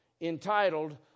entitled